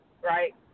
Right